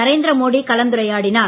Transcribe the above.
நரேந்திர மோடி கலந்துரையாடினார்